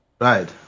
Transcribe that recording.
right